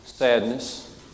Sadness